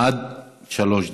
עד שלוש דקות.